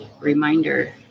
reminder